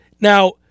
Now